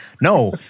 no